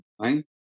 right